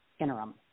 interim